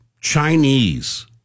Chinese